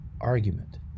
argument